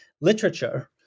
literature